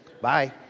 Bye